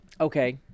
okay